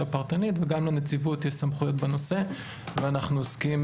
פרטנית וגם לנציבות יש סמכויות בנושא ואנחנו עוסקים